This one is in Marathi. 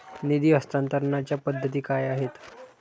निधी हस्तांतरणाच्या पद्धती काय आहेत?